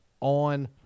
on